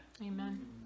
Amen